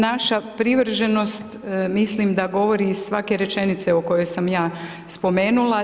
Naša privrženost mislim da govori iz svake rečenice o kojoj sam ja spomenula.